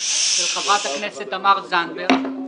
של חברת הכנסת תמר זנדברג,